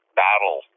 battle